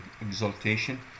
exaltation